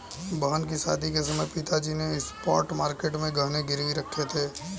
बहन की शादी के समय पिताजी ने स्पॉट मार्केट में गहने गिरवी रखे थे